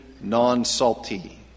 non-salty